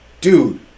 Dude